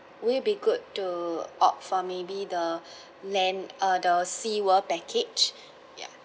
will it be good to opt for maybe the land uh the sea world package ya